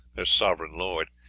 their sovereign lord,